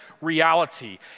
reality